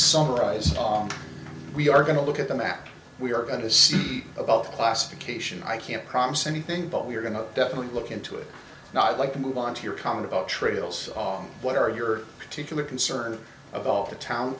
summarize we are going to look at the map we are going to see about classification i can't promise anything but we're going to definitely look into it now i'd like to move on to your comment about trails off what are your particular concern about the town